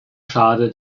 schade